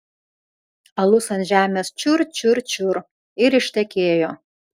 alus ant žemės čiur čiur čiur ir ištekėjo